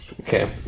Okay